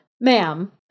Ma'am